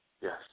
Yes